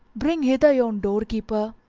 bring hither yon door-keeper,